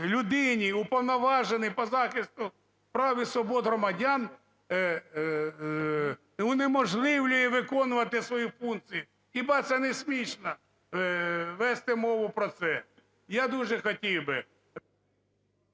людині, Уповноваженій по захисту прав і свобод громадян унеможливлює виконувати свою функцію? Хіба це не смішно, вести мову про це? Я дуже хотів би…